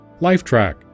Lifetrack